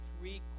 three